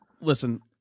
listen